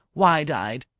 wide-eyed.